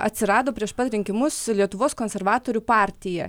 atsirado prieš pat rinkimus lietuvos konservatorių partija